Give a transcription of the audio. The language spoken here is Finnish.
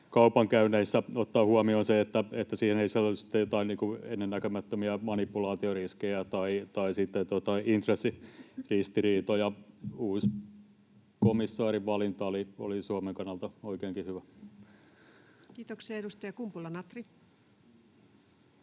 kaupankäynneissä ottamaan huomioon se, että siihen ei sisälly sitten joitain ennennäkemättömiä manipulaatioriskejä tai intressiristiriitoja? Uusi komissaarivalinta oli Suomen kannalta oikeinkin hyvä. [Speech 133] Speaker: